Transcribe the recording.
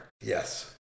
yes